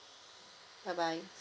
bye bye